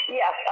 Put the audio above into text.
yes